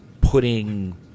putting